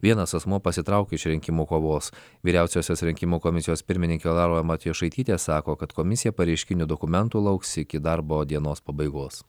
vienas asmuo pasitraukė iš rinkimų kovos vyriausiosios rinkimų komisijos pirmininkė laura matijošaitytė sako kad komisija pareiškinių dokumentų lauks iki darbo dienos pabaigos